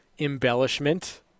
embellishment